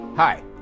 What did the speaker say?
Hi